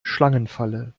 schlangenfalle